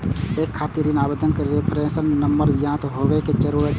एहि खातिर ऋण आवेदनक रेफरेंस नंबर ज्ञात होयब जरूरी छै